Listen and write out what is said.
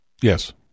Yes